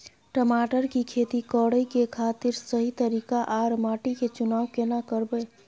टमाटर की खेती करै के खातिर सही तरीका आर माटी के चुनाव केना करबै?